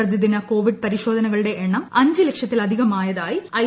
പ്രതിദിന കോവിഡ് പരിശോധനകളുടെ എണ്ണം അഞ്ച് ലക്ഷത്തിലധികമായതായി ഐ